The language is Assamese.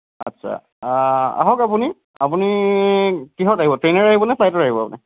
আচ্ছা আহক আপুনি আপুনি কিহত আহিব ট্ৰেইনেৰে আহিবনে ফ্লাইটেৰে আহিব আপুনি